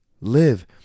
live